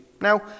Now